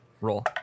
roll